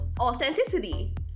authenticity